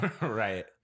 Right